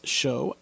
show